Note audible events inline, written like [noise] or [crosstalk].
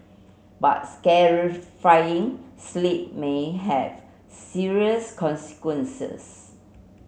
but [unintelligible] sleep may have serious consequences